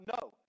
no